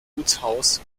gutshaus